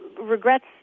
Regrets